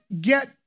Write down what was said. get